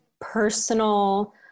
personal